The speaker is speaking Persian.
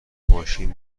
ماشین